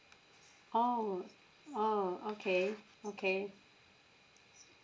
oh oh okay okay